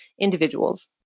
individuals